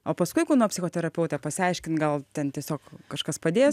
o paskui kūno psichoterapeutą pasiaiškint gal ten tiesiog kažkas padės